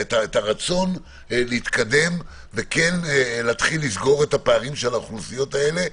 את הרצון להתקדם וכן להתחיל לסגור את הפערים של האוכלוסיות האלה.